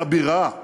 כבירה.